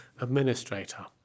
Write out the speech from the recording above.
administrator